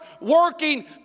working